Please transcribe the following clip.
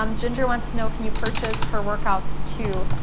um ginger wants to know, can you purchase her workouts too?